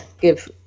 give